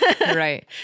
right